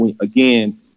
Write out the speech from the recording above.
again